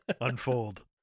unfold